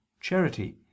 charity